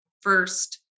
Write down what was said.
first